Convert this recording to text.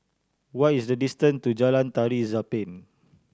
what is the distant to Jalan Tari Zapin